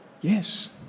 Yes